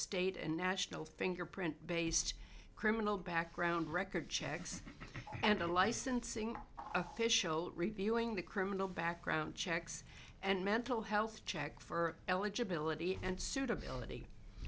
state and national fingerprint based criminal background record checks and a licensing official reviewing the criminal background checks and mental health check for eligibility and suitability